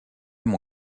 mon